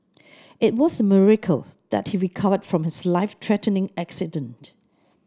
it was a miracle that he recovered from his life threatening accident